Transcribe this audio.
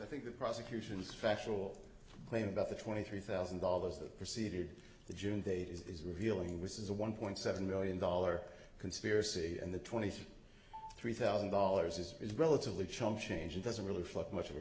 i think the prosecution's factual claim about the twenty three thousand dollars that proceeded the june date is revealing which is a one point seven million dollar conspiracy and the twenty three thousand dollars is is relatively chump change and doesn't really reflect much of a